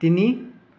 তিনি